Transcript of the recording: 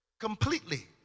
completely